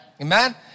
Amen